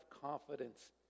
confidence